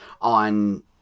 on